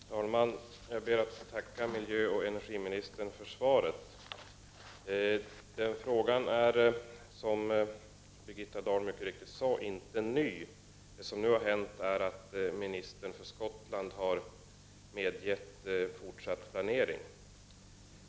Herr talman! Jag ber att få tacka miljöoch energiministern för svaret. Frågan är, som Birgitta Dahl mycket riktigt sade, inte ny. Det som nu har hänt är att ministern för Skottland har medgett fortsatt planering.